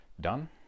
done